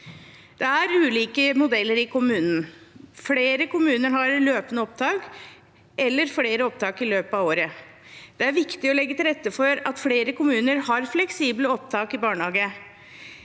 Det er ulike modeller i kommunene. Flere kommuner har løpende opptak eller flere opptak i løpet av året. Det er viktig å legge til rette for at flere kommuner har fleksible opptak til barnehage.